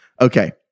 Okay